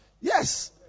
Yes